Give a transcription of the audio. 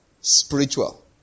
Spiritual